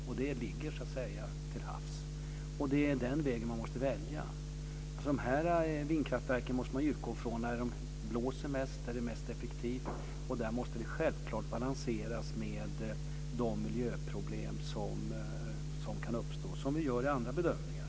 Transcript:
Utgrunden ligger till havs, och det är den vägen man måste välja. Med de här vindkraftverken måste man utgå från var det blåser mest, var det är mest effektivt. Självklart måste vi balansera detta med de miljöproblem som kan uppstå, som vi gör i andra bedömningar.